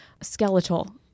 skeletal